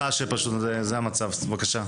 סיגלר, בבקשה.